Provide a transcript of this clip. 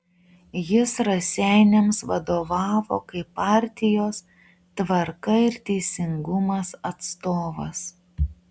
jis raseiniams vadovavo kaip partijos tvarka ir teisingumas atstovas